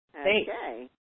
Okay